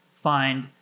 find